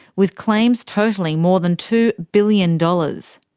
with claims totalling more than two billion dollars.